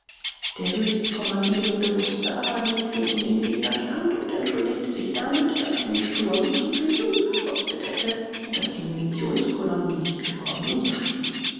der höchstkommandierende wußte aber nicht wie es um den gegner stand und entschuldigte sich damit daß ein sturm zu viel blut gekostet hätte und daß die munitionskolonnen nicht gekommen seien